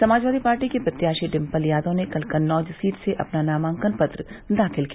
Samajwadi party की प्रत्याशी डिम्पल यादव ने कल कन्नौज सीट से अपना नामांकन पत्र दाखिल किया